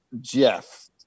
Jeff